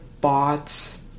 bots